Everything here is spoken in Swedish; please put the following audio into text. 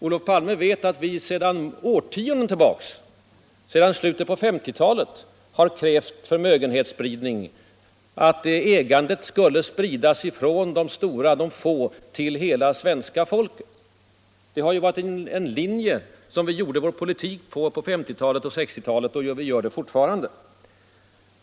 Olof Palme måste veta att vi moderater sedan slutet av 1950-talet har krävt förmögenhetsspridning, att ägandet skulle spridas från de stora och de få till hela det svenska folket. Det har ju varit en linje som vi utformat vår politik efter under 1950-talet och 1960-talet, och den linjen följer vi fortfarande.